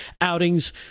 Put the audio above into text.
outings